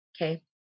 Okay